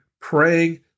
praying